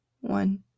one